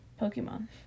Pokemon